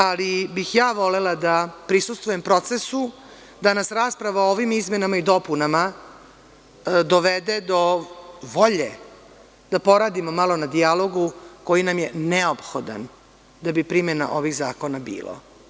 Ali, bih volela da prisustvujem procesu da nas rasprava o ovim izmenama i dopunama dovede do volje da poradimo malo na dijalogu koji nam je neophodan, da bi primene ovih zakona bilo.